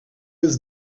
was